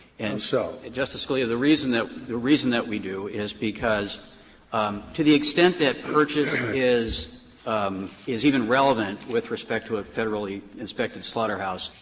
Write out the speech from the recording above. and so? wells justice scalia, the reason that the reason that we do is because um to the extent that purchase is um is even relevant with respect to a federally inspected slaughterhouse,